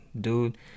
dude